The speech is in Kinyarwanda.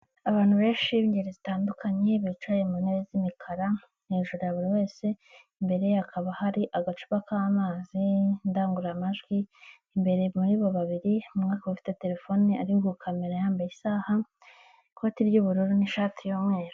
Abantu benshi b'ingeri zitandukanye bicaye mu ntebe z'imikara, hejuru ya buri wese, imbere hakaba hari agacupa k'amazi, indangururamajwi, imbere muri bo babiri umwe akaba abafite telefone ari gukamera yambaye isaha, ikoti ry'ubururu n'ishati y'umweru.